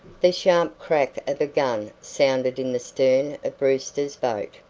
the sharp crack of a gun sounded in the stern of brewster's boat,